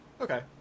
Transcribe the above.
Okay